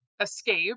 escape